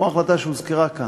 כמו ההחלטה שהוזכרה כאן.